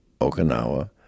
Okinawa